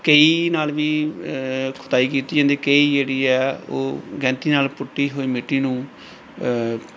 ਕਹੀ ਨਾਲ ਵੀ ਖੁਦਾਈ ਕੀਤੀ ਜਾਂਦੀ ਕਹੀ ਜਿਹੜੀ ਆ ਉਹ ਗੈਂਤੀ ਨਾਲ ਪੁੱਟੀ ਹੋਈ ਮਿੱਟੀ ਨੂੰ